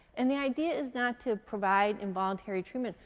and the idea is not to provide involuntary treatment,